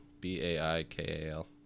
B-A-I-K-A-L